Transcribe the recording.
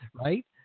right